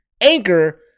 Anchor